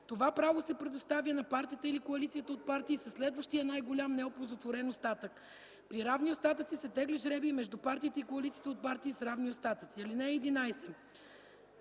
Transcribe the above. това право се предоставя на партията или коалицията от партии със следващия най-голям неоползотворен остатък. При равни остатъци се тегли жребий между партиите и коалициите от партии с равни остатъци. (11)